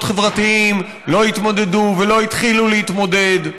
חברתיים לא התמודדו ולא התחילו להתמודד,